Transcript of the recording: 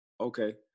okay